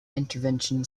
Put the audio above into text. intervention